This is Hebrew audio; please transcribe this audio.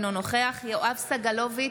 אינו נוכח יואב סגלוביץ'